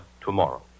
tomorrow